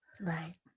Right